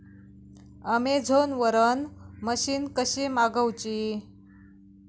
Amazon वरन machine कशी मागवची?